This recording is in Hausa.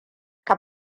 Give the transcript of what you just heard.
ka